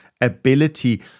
ability